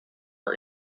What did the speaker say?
are